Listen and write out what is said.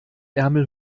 ärmel